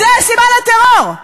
זו הסיבה לטרור,